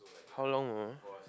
how long more